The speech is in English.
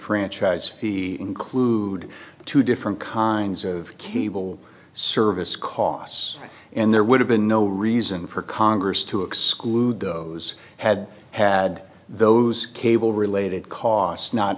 franchise fee include two dollars different kinds of cable service costs and there would have been no reason for congress to exclude those had had those cable related costs not